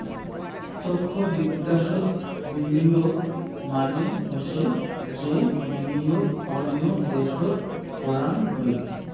প্রতক্ষ বিদ্যাশোত বিনিয়োগ মানে হসে যে বিনিয়োগ অন্য দ্যাশোত করাং হই